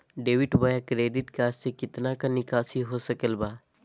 Debit बोया credit card से कितना का निकासी हो सकल बा?